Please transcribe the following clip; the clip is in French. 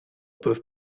peuvent